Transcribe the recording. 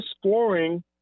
scoring